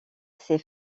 ses